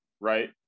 right